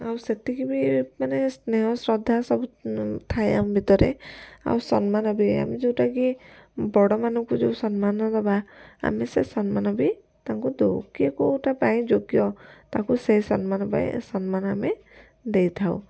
ଆଉ ସେତିକି ବି ମାନେ ସ୍ନେହ ଶ୍ରଦ୍ଧା ସବୁ ଥାଏ ଆମ ଭିତରେ ଆଉ ସମ୍ମାନ ବି ଆମେ ଯେଉଁଟାକି ବଡ଼ମାନଙ୍କୁ ଯେଉଁ ସମ୍ମାନ ଦେବା ଆମେ ସେ ସମ୍ମାନ ବି ତାଙ୍କୁ ଦେଉ କିଏ କେଉଁଟା ପାଇଁ ଯୋଗ୍ୟ ତାଙ୍କୁ ସେ ସମ୍ମାନ ପାଇଁ ସମ୍ମାନ ଆମେ ଦେଇଥାଉ